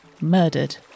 murdered